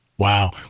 Wow